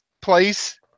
place